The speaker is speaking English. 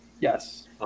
Yes